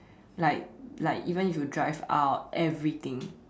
like like even if you drive out everything